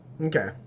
Okay